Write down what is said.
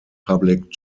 public